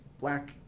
black